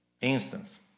Instance